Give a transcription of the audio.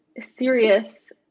serious